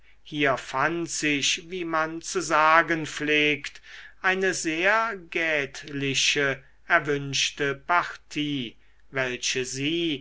hier fand sich wie man zu sagen pflegt eine sehr gütliche erwünschte partie welche sie